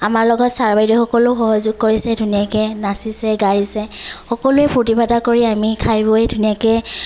আমাৰ লগত চাৰ বাইদেউহঁসকলেও সহযোগ কৰিছে ধুনীয়াকৈ নাচিছে গাইছে সকলোৱে ফূৰ্তি ফাৰ্তা কৰি আমি খাই বৈ ধুনীয়াকৈ